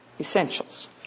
essentials